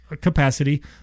capacity